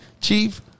Chief